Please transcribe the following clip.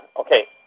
okay